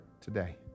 today